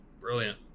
Brilliant